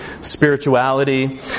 spirituality